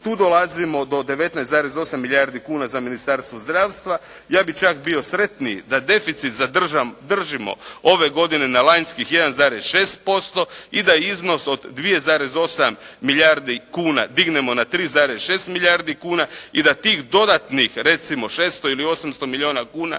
Tu dolazimo do 19,8 milijardi kuna za ministarstvo zdravstva. Ja bih čak bio sretniji da deficit zadržimo ove godine na lanjskih 1,6% i da iznos od 2,8 milijardi kuna dignemo na 3,6 milijardi kuna i da tih dodatnih recimo 600 ili 800 milijuna kuna